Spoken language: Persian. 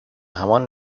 همان